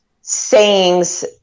sayings